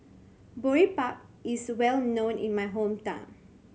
Boribap is well known in my hometown